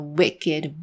wicked